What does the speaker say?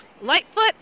Lightfoot